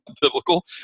biblical